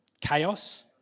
chaos